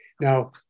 Now